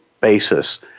basis